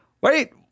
wait